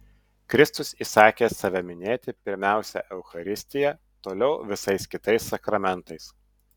kristus įsakė save minėti pirmiausia eucharistija toliau visais kitais sakramentais